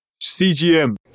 CGM